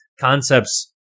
Concepts